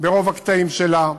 ברוב הקטעים שלה,